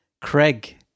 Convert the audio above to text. Craig